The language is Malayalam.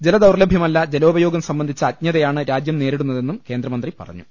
ജലദൌർലഭ്യമല്ല ജലോപയോഗം സംബന്ധിച്ച അജ്ഞത യാണ് രാജ്യം നേരിടുന്നതെന്നും കേന്ദ്രമന്ത്രി പ്പറഞ്ഞു